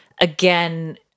Again